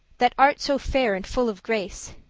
that art so fair and full of grace,